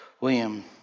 William